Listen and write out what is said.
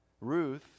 Ruth